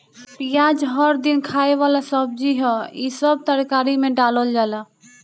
पियाज हर दिन खाए वाला सब्जी हअ, इ सब तरकारी में डालल जाला